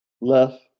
left